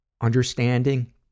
understanding